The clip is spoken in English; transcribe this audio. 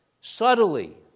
subtly